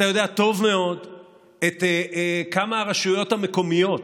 אתה יודע טוב מאוד כמה הרשויות המקומיות